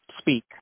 speak